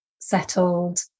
settled